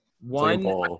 One